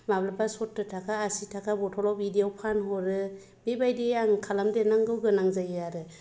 माब्लाबा सत्तुर ताखा आसि थाखा बथलाव बिदिआव फानहरो बेबायदि आं खालामदेरनांगौ गोनां जायो आरो